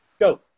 Go